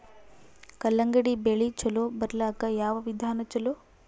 ಕಲ್ಲಂಗಡಿ ಬೆಳಿ ಚಲೋ ಬರಲಾಕ ಯಾವ ವಿಧಾನ ಚಲೋ?